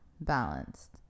balanced